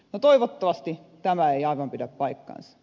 no toivottavasti tämä ei aivan pidä paikkaansa